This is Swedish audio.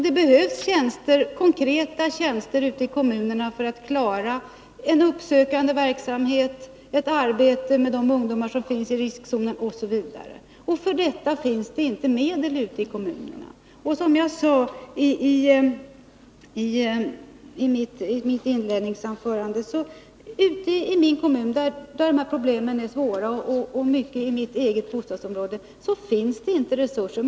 Det behövs konkreta tjänster ute i kommunerna för att man skall klara en uppsökande verksamhet, ett arbete med de ungdomar som finns i riskzonen osv. Och för detta finns inte medel ute i kommunerna. Som jag sade i mitt inledningsanförande finns det exempelvis i min egen kommun och i mitt eget bostadsområde, där de här problemen är svåra, inte resurser.